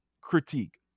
critique